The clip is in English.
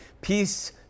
Peace